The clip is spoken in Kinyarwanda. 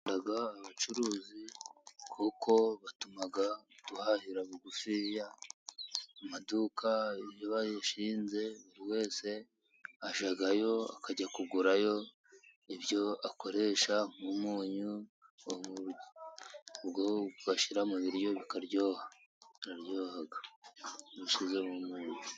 Nkunda abacuruzi kuko batuma duhahira bugufiya. Amaduka iyo bayashinze buri wese ajyayo akajya kugurayo ibyo akoresha, nk' umunyu ubwo ugashyira mu biryo bikaryoryoha iyo ushyizemo umunyu.